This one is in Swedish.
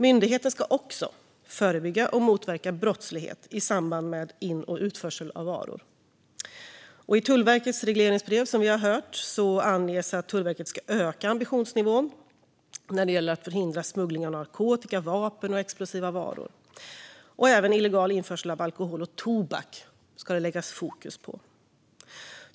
Myndigheten ska också förebygga och motverka brottslighet i samband med in och utförsel av varor. I Tullverkets regleringsbrev anges, som vi har hört, att Tullverket ska öka ambitionsnivån när det gäller att förhindra smuggling av narkotika, vapen och explosiva varor. Även illegal införsel av alkohol och tobak ska det läggas fokus på.